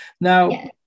now